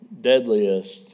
deadliest